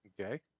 Okay